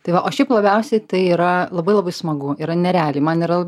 tai va o šiaip labiausiai tai yra labai labai smagu yra nerealiai man yra